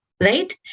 right